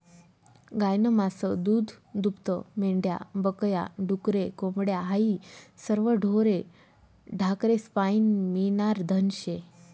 गायनं मास, दूधदूभतं, मेंढ्या बक या, डुकरे, कोंबड्या हायी सरवं ढोरे ढाकरेस्पाईन मियनारं धन शे